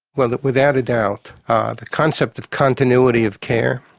well without a doubt the concept of continuity of care,